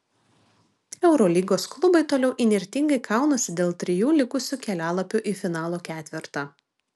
eurolygos klubai toliau įnirtingai kaunasi dėl trijų likusių kelialapių į finalo ketvertą